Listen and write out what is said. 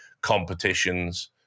competitions